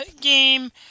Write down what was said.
game